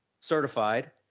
certified